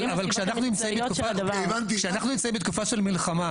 אבל כשאנחנו נמצאים בתקופה של מלחמה